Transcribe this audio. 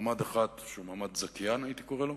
מעמד אחד שהוא מעמד זכיין, הייתי קורא לו,